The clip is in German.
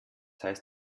heißt